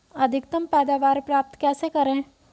अधिकतम पैदावार प्राप्त कैसे करें?